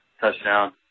Touchdown